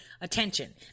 attention